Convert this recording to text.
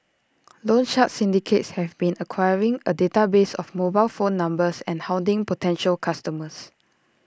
loan shark syndicates have been acquiring A database of mobile phone numbers and hounding potential customers